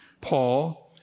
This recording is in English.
Paul